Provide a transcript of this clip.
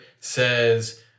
says